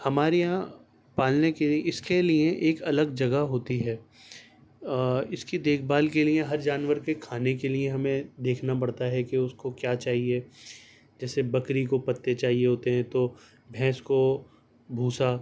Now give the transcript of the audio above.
ہمارے یہاں پالنے کے لیے اس کے لیے ایک الگ جگہ ہوتی ہے اس کی دیکھ بھال کے لیے ہر جانور کے کھانے کے لیے ہمیں دیکھنا پڑتا ہے کہ اس کو کیا چاہیے جیسے بکری کو پتے چاہیے ہوتے ہیں تو بھینس کو بھوسا